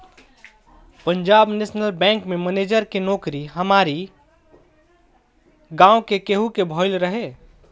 Punjab national bank में manager के नोकरी हमारी गांव में केहू के भयल रहे